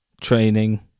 training